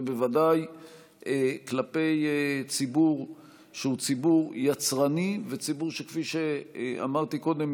ובוודאי כלפי ציבור שהוא ציבור יצרני וציבור שכפי שאמרתי קודם,